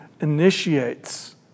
initiates